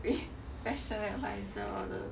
we fashion advisor all those